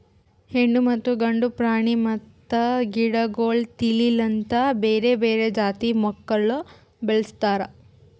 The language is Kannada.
ಹೆಣ್ಣು ಮತ್ತ ಗಂಡು ಪ್ರಾಣಿ ಮತ್ತ ಗಿಡಗೊಳ್ ತಿಳಿ ಲಿಂತ್ ಬೇರೆ ಬೇರೆ ಜಾತಿ ಮಕ್ಕುಲ್ ಬೆಳುಸ್ತಾರ್